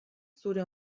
zure